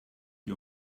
you